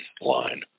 line